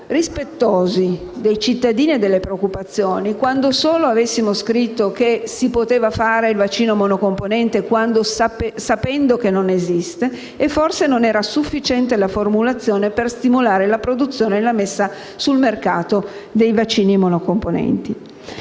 rispettosi dei cittadini e delle loro preoccupazioni se solo avessimo scritto che si poteva fare il vaccino monocomponente sapendo che non esiste, e forse non era sufficiente la formulazione «per stimolare la produzione e la messa sul mercato dei vaccini monocomponenti».